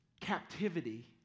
captivity